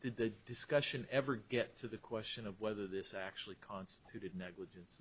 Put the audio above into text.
the discussion ever get to the question of whether this actually constituted negligence